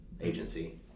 agency